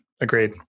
Agreed